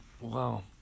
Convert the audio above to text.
Wow